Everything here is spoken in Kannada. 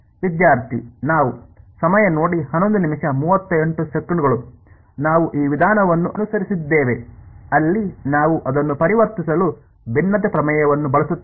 ನಾವು ಈ ವಿಧಾನವನ್ನು ಅನುಸರಿಸಿದ್ದೇವೆ ಅಲ್ಲಿ ನಾವು ಅದನ್ನು ಪರಿವರ್ತಿಸಲು ಭಿನ್ನತೆ ಪ್ರಮೇಯವನ್ನು ಬಳಸುತ್ತೇವೆ